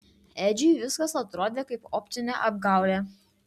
edžiui viskas atrodė kaip optinė apgaulė